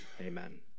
Amen